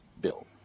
Bill